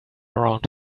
around